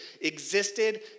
existed